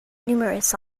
numerous